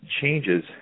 changes